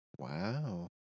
wow